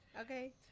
Okay